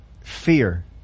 fear